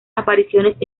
apariciones